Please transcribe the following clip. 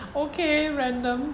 okay random